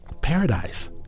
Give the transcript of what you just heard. paradise